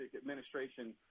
administration